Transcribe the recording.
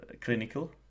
clinical